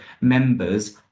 members